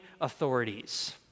authorities